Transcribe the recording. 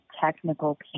technical